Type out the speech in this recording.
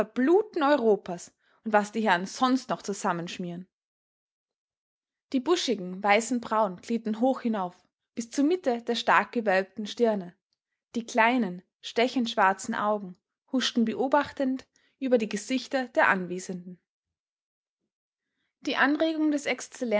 verbluten europas und was die herren sonst noch zusammenschmieren die buschigen weißen brauen glitten hoch hinauf bis zur mitte der stark gewölbten stirne die kleinen stechend schwarzen augen huschten beobachtend über die gesichter der anwesenden die anregung des